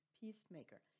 peacemaker